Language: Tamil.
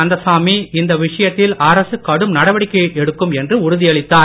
கந்தசாமி இந்த விஷயத்தில் அரசு கடும் நடவடிக்கை எடுக்கும் என்று உறுதியளித்தார்